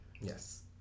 Yes